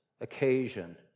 occasion